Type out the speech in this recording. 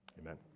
amen